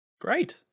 Great